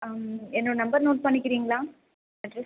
என்னோடய number note பண்ணிக்கிறீங்களா address